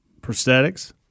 prosthetics